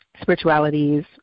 spiritualities